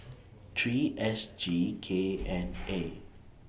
three S G K N A